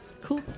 cool